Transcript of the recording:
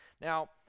Now